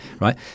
right